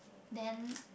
then